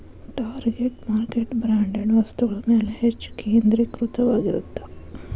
target market branded ವಸ್ತುಗಳ ಮ್ಯಾಲೆ ಹೆಚ್ಚ್ ಕೇಂದ್ರೇಕೃತವಾಗಿರತ್ತ